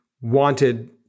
wanted